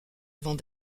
avant